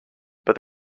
but